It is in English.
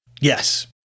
Yes